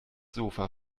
sofa